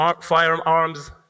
firearms